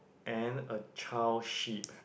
and a child sheep